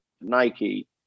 Nike